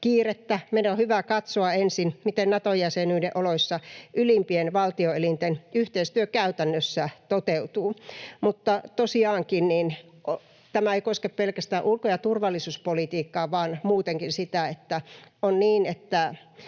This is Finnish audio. kiirettä. Meidän on hyvä katsoa ensin, miten Nato-jäsenyyden oloissa ylimpien valtioelinten yhteistyö käytännössä toteutuu. Mutta tosiaankin tämä ei koske pelkästään ulko- ja turvallisuuspolitiikkaa vaan muutenkin sitä, että on niin, että